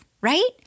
right